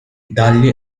dagli